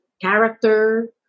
character